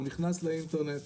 נכנס לאינטרנט,